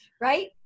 right